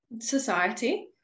Society